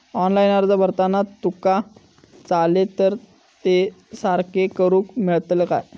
Online अर्ज भरताना चुका जाले तर ते सारके करुक मेळतत काय?